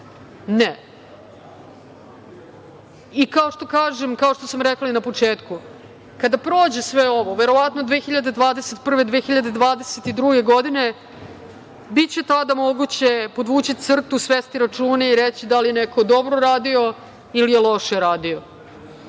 Ne. Kao što sam rekla na i na početku, kada prođe sve ovo, verovatno 2021/2022. godine, biće tada moguće podvući crtu, svesti račune i reći da li je neko dobro radio ili je loše radio.